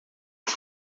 por